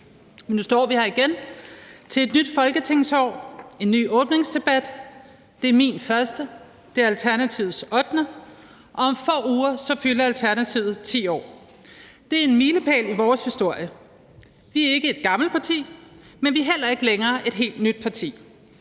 nu står vi her igen til et nyt folketingsår og en ny åbningsdebat, som er min første og Alternativets ottende, og om få uger fylder Alternativet 10 år. Det er en milepæl i vores historie. Vi er ikke et gammelt parti, men vi er heller ikke længere et helt nyt parti,